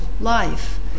life